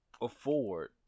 afford